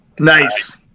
Nice